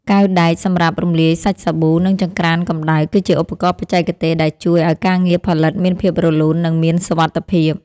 កែវដែកសម្រាប់រំលាយសាច់សាប៊ូ និងចង្ក្រានកម្ដៅ គឺជាឧបករណ៍បច្ចេកទេសដែលជួយឱ្យការងារផលិតមានភាពរលូន និងមានសុវត្ថិភាព។